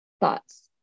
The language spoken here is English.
thoughts